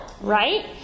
right